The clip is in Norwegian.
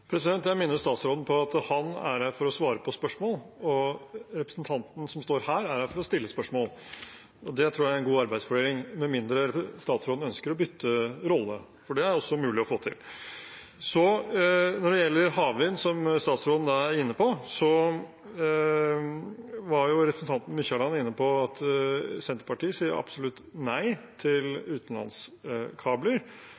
Jeg minner statsråden på at han er her for å svare på spørsmål, og representanten, som står her, er her for å stille spørsmål. Det tror jeg er en god arbeidsfordeling, med mindre statsråden ønsker å bytte rolle, for det er også mulig å få til. Når det gjelder havvind, som statsråden var inne på, var jo representanten Mykjåland inne på at Senterpartiet sier absolutt nei